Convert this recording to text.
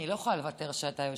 אני לא יכולה לוותר כשאתה היושב-ראש.